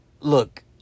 Look